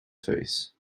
face